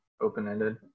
open-ended